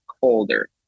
colder